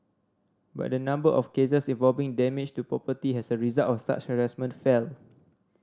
but the number of cases involving damage to property has a result of such harassment fell